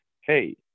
Hey